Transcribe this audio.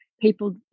People